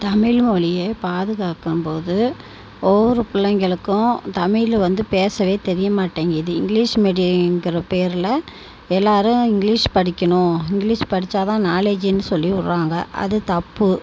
தமிழ் மொழியை பாதுகாக்கும் போது ஒவ்வொரு பிள்ளைங்களுக்கும் தமிழ் வந்து பேசவே தெரிய மாட்டிங்கிது இங்கிலிஷ் மீடியம்ங்கிற பேரில் எல்லோரும் இங்கிலிஷ் படிக்கணும் இங்கிலிஷ் படிச்சால் தான் நாலேஜ்ன்னு சொல்லிவிடுறாங்க அது தப்பு